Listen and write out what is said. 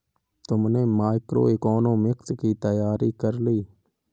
तुमने मैक्रोइकॉनॉमिक्स की तैयारी कर ली?